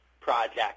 project